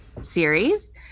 series